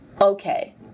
Okay